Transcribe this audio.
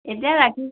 এতিয়া